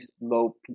low